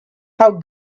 how